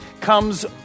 comes